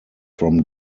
from